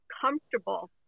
comfortable